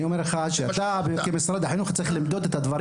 אני אומר שמשרד החינוך גם צריך לדעת איך למדוד את הדברים.